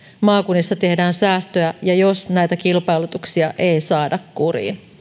maakunnissa tehdään säästöä ja jos näitä kilpailutuksia ei saada kuriin